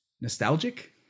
nostalgic